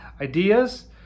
ideas